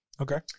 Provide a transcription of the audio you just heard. Okay